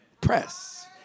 press